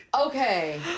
Okay